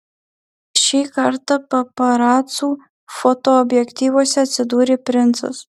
šį kartą paparacų fotoobjektyvuose atsidūrė princas